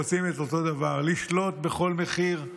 רוצים את אותו הדבר: לשלוט בכל מחיר,